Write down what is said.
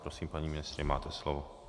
Prosím, paní ministryně, máte slovo.